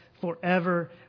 forever